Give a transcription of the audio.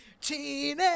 Teenage